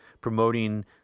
promoting